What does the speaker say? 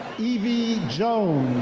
eve eve jones.